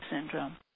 syndrome